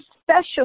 special